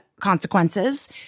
consequences